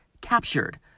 captured